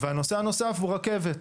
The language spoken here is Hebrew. הנושא הנוסף הוא רכבת.